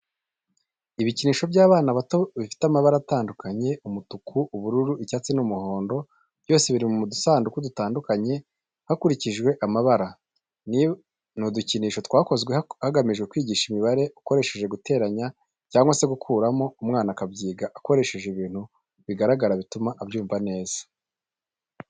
Ibikinisho by'abana bato bifite amabara atandukanye umutuku, ubururu, icyatsi n'umuhondo byose biri mu dusanduku dutandukanye hakurikije amabara. Ni udukinisho twakozwe hagamijwe kwigisha imibare ukoresheje guteranya cyangwa se gukuramo umwana akabyiga akoresheje ibintu bigaragara bituma abyumva neza.